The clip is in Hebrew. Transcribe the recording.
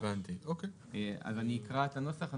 אני אקרא את הנוסח.